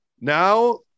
now